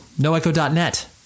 NoEcho.net